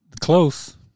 Close